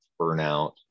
burnout